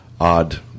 odd